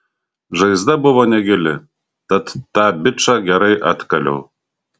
žaizda buvo negili tad tą bičą gerai atkaliau